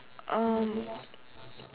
um